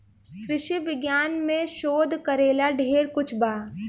कृषि विज्ञान में शोध करेला ढेर कुछ बा